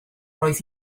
roedd